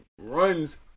runs